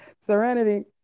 serenity